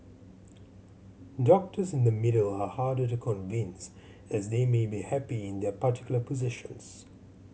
doctors in the middle are harder to convince as they may be happy in their particular positions